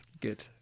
Good